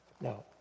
No